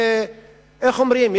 איך אומרים,